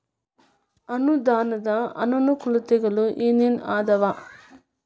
ಅನುದಾನದ್ ಅನಾನುಕೂಲತೆಗಳು ಏನ ಏನ್ ಅದಾವ?